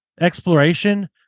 exploration